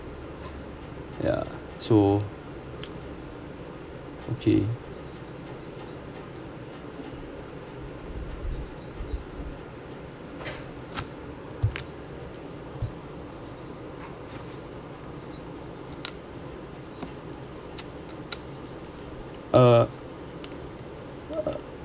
ya so okay uh